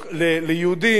צ'רקסים ודרוזים,